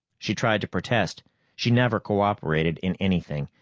she tried to protest she never cooperated in anything.